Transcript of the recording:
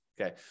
Okay